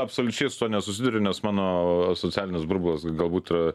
absoliučiai su tuo nesusiduriu nes mano socialinis burbulas galbūt yra